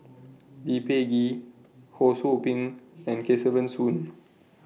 Lee Peh Gee Ho SOU Ping and Kesavan Soon